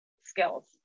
skills